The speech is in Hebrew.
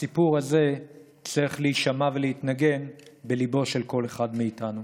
הסיפור הזה צריך להישמע ולהתנגן בליבו של כל אחד מאיתנו.